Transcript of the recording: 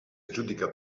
aggiudica